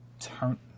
turn